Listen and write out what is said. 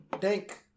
thank